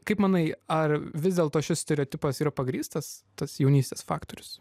kaip manai ar vis dėlto šis stereotipas yra pagrįstas tas jaunystės faktorius